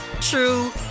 true